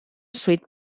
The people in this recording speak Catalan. sweet